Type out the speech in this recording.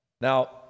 Now